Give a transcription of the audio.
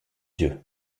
dieu